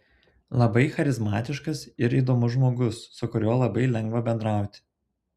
labai charizmatiškas ir įdomus žmogus su kuriuo labai lengva bendrauti